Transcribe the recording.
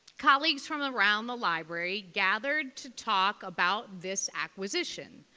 colleagues from around the library gathered to talk about this acquisition.